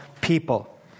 people